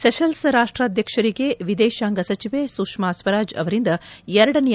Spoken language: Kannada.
ಸೆಷಲ್ಸ್ ರಾಷ್ವಾಧ್ಯಕ್ಷರಿಗೆ ವಿದೇಶಾಂಗ ಸಚಿವೆ ಸುಷ್ಮಾ ಸ್ವರಾಜ್ ಅವರಿಂದ ಎರಡನೆಯ